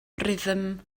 rhythm